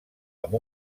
amb